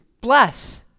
bless